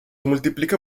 multiplica